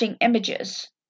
images